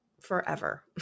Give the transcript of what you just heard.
forever